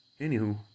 anywho